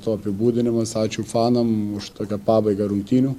to apibūdinimas ačiū fanam už tokią pabaigą rungtynių